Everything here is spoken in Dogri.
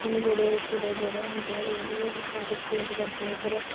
मुड़े छुड़े जेह्ड़े होंदे ओह् बी पार्टिस्पेट करदे उद्धर